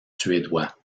suédois